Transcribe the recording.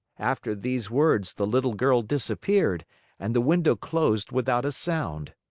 after these words, the little girl disappeared and the window closed without a sound.